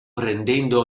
prendendo